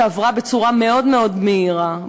שעברה בצורה מאוד מאוד מהירה,